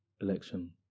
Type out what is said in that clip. election